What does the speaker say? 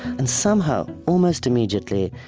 and somehow, almost immediately,